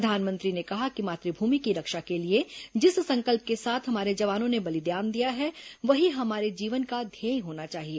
प्रधानमंत्री ने कहा कि मातृभूमि की रक्षा के लिए जिस संकल्प के साथ हमारे जवानों ने बलिदान दिया है वहीं हमारे जीवन का ध्येय होना चाहिए